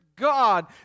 God